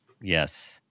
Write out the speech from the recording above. Yes